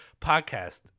podcast